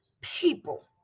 people